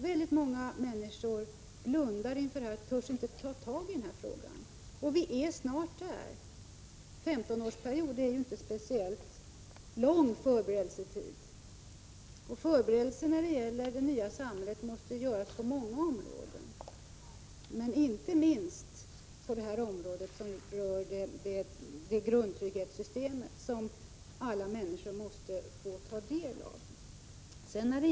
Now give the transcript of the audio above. Väldigt många människor blundar för detta och törs inte ta tag i frågan. Men snart är tidpunkten inne. 15 år är ju inte någon speciellt lång förberedelsetid. Förberedelserna för det nya samhället måste göras på många områden, inte minst när det gäller det grundtrygghetssystem som alla människor måste få del av.